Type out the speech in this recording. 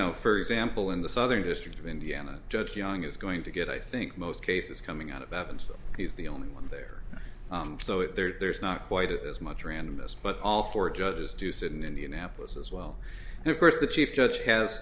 know for example in the southern district of indiana judge young is going to get i think most cases coming out of that and so he's the only one there so it there's not quite as much randomness but all four judges do sit in indianapolis as well and of course the chief judge has